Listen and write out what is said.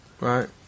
Right